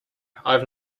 have